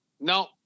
no